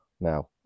now